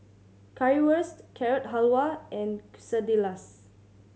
Currywurst Carrot Halwa and Quesadillas